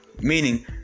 Meaning